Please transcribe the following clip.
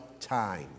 time